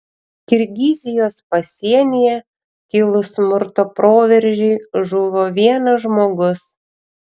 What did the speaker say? kirgizijos pasienyje kilus smurto proveržiui žuvo vienas žmogus